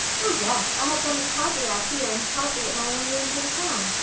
oh, yes. i have done it partly out here and partly at my own rooms in town.